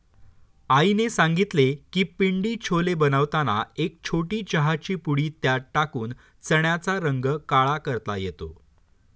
आईने सांगितले की पिंडी छोले बनवताना एक छोटी चहाची पुडी त्यात टाकून चण्याचा रंग काळा करता येतो